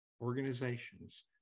organizations